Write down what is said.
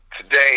today